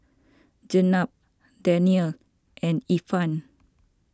Jenab Danial and Irfan